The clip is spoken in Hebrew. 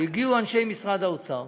והגיעו אנשי משרד האוצר